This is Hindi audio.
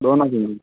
दोनों